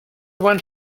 one